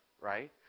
right